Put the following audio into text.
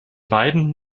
beiden